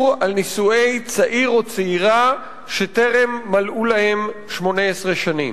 על נישואי צעיר או צעירה שטרם מלאו להם 18 שנים.